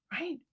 Right